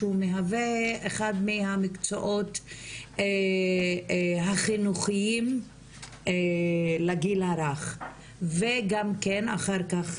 שהוא מהווה אחד מהמקצועות הכי נוחים לגיל הרך וגם כן אחר כך